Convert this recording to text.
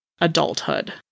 adulthood